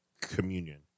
communion